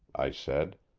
i said.